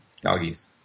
Doggies